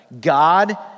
God